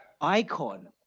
Icon